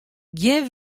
gjin